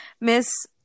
Miss